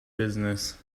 business